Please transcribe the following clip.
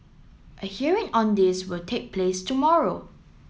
a hearing on this will take place tomorrow